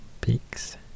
peaks